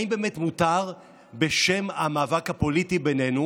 האם באמת מותר בשם המאבק הפוליטי בינינו